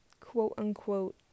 quote-unquote